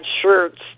shirts